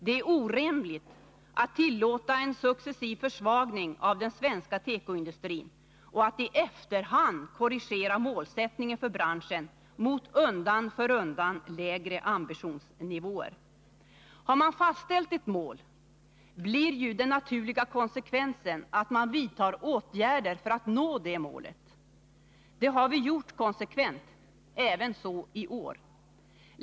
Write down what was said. Det är orimligt att tillåta en successiv försvagning av den svenska tekoindustrin och att i efterhand korrigera målsättningen för branschen mot undan för undan lägre ambitionsnivåer. Har man fastställt ett mål blir den naturliga konsekvensen att man vidtar åtgärder för att nå det målet. Det har vi gjort konsekvent -- även i år.